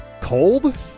Cold